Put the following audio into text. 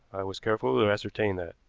was careful to ascertain that.